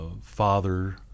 father